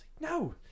No